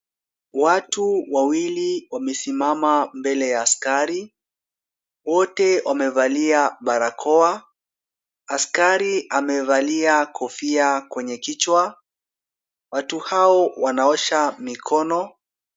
Watu wawili wamesimama mbele ya askari, wote wamevalia barakoa, askari amevalia kofia kwenye kichwa, watu hao wanaosha mikono.